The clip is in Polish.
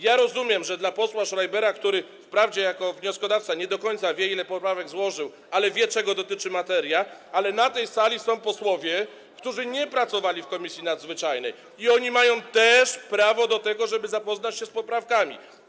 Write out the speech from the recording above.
Ja rozumiem, że poseł Schreiber, który wprawdzie jako wnioskodawca nie do końca wie, ile poprawek złożył, wie, czego dotyczy materia, ale na tej sali są posłowie, którzy nie pracowali w Komisji Nadzwyczajnej, i oni mają też prawo do tego, żeby zapoznać się z poprawkami.